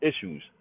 issues